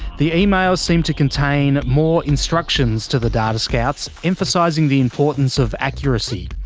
the emails seem to contain more instructions to the data scouts, emphasising the importance of accuracy.